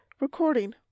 Recording